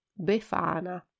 Befana